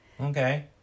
Okay